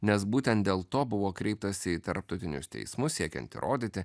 nes būtent dėl to buvo kreiptasi į tarptautinius teismus siekiant įrodyti